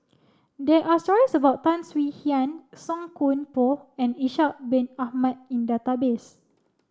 there are stories about Tan Swie Hian Song Koon Poh and Ishak Bin Ahmad in database